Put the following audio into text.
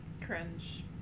cringe